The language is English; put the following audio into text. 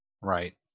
Right